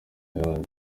yanjye